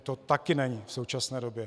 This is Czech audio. To také není v současné době.